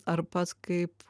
ar pats kaip